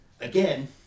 Again